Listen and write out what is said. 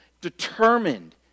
Determined